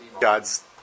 God's